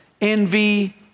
envy